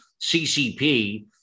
CCP